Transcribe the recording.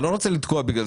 אז למה אתה מכניס פה את